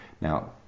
Now